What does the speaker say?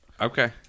Okay